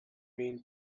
mean